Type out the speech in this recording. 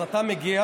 אז אתה מגיע,